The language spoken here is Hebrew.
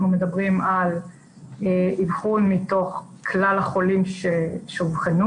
מדברים על אבחון מתוך כלל החולים שאובחנו